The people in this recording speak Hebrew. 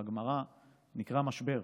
בגמרא הוא נקרא משבר.